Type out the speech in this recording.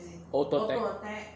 auto attack